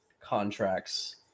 contracts